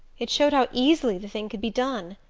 it showed how easily the thing could be done.